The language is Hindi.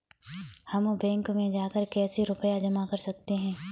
हम बैंक में जाकर कैसे रुपया जमा कर सकते हैं?